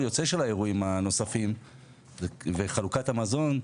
יוצא של האירועים הנוספים וחלוקת המזון,